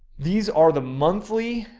these are the monthly,